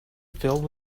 filled